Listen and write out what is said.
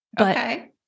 Okay